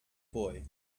boy